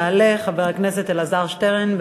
יעלה חבר הכנסת אלעזר שטרן.